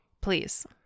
Please